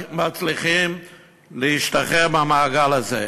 והם לא מצליחים להשתחרר מהמעגל הזה.